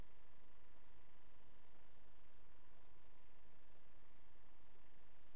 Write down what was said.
ברוב של אחד אפילו, והכנסת כופפה את ראשה.